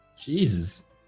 Jesus